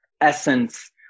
essence